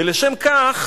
ולשם כך